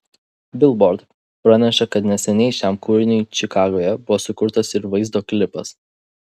bilbord praneša kad neseniai šiam kūriniui čikagoje buvo sukurtas ir vaizdo klipas